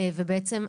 בעצם,